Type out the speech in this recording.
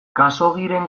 khaxoggiren